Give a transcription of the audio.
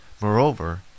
Moreover